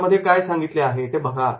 त्याच्यामध्ये काय सांगितले आहे ते बघा